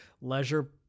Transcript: leisure